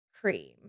cream